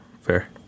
Fair